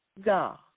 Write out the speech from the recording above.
God